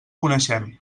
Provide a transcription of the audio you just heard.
coneixem